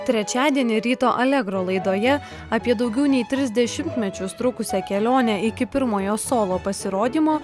trečiadienį ryto allegro laidoje apie daugiau nei tris dešimtmečius trukusią kelionę iki pirmojo solo pasirodymo